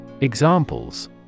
Examples